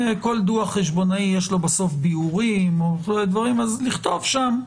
כל דוח חשבונאי, יש לו בסוף ביאורים, אז לכתוב שם: